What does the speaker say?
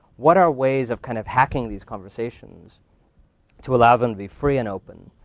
what are ways of kind of hacking these conversations to allow them to be free and open,